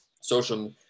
social